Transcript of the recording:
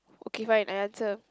okay fine I answer